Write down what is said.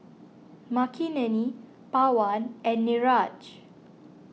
Makineni Pawan and Niraj